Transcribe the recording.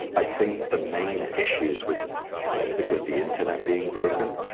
i think the main issues with specifically the internet being broken,